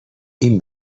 این